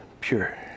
pure